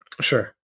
Sure